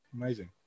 amazing